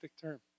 term